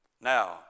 Now